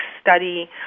study